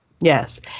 Yes